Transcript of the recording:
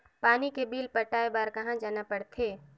पानी के बिल पटाय बार कहा जाना पड़थे?